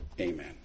Amen